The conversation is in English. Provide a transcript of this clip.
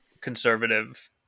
conservative